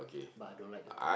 but I don't like ah